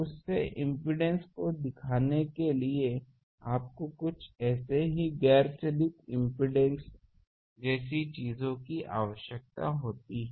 तो उस इम्पीडेन्स को दिखाने के लिए आपको कुछ ऐसे ही गैर चालित इम्पीडेन्स जैसी चीजों की आवश्यकता होगी